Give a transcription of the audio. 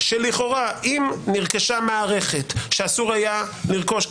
שלכאורה אם נרכשה מערכת שאסור היה לרכוש,